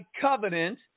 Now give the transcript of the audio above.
covenant